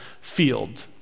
field